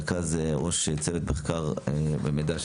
ראש צוות במרכז המחקר והמידע,